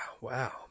wow